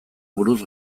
buruz